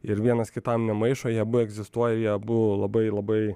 ir vienas kitam nemaišo jie abu egzistuoja jie abu labai labai